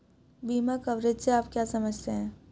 बीमा कवरेज से आप क्या समझते हैं?